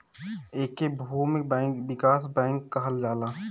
एके भूमि विकास बैंक कहल जाला